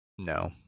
No